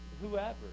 whoever